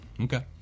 Okay